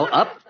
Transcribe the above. up